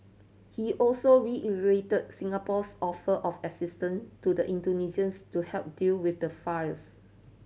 he also reiterated Singapore's offer of assistance to the Indonesians to help deal with the fires